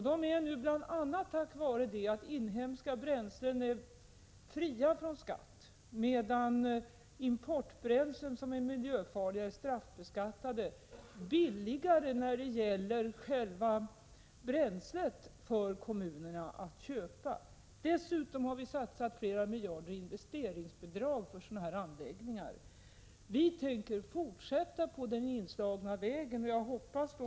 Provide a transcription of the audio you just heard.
De är— bl.a. tack vare att inhemska bränslen är fria från skatt, medan importbränslen som är miljöfarliga är straffbeskattade — billigare för kommunerna att köpa. Dessutom har vi satsat flera miljarder i investeringsbidrag för sådana här anläggningar. Vi tänker fortsätta på den inslagna vägen, och jag hoppas att vi får stödi = Prot.